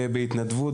ומופלאה בהתנדבות,